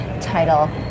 title